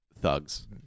thugs